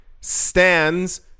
stands